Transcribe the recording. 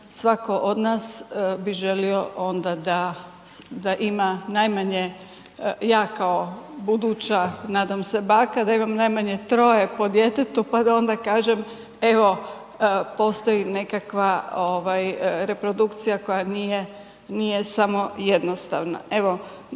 svatko od nas bi želio onda da ima najmanje, ja kao buduća nadam se baka da imam najmanje troje po djetetu pa da onda kažem evo postoji nekakva reprodukcija nije samo jednostavna.